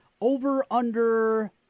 over-under